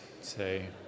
say